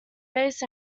base